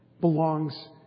belongs